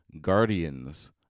Guardians